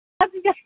हा बिगा